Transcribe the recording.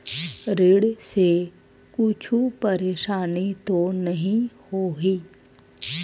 ऋण से कुछु परेशानी तो नहीं होही?